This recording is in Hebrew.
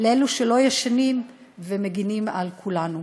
לאלו שלא ישנים ומגינים על כולנו.